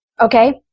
Okay